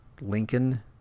Lincoln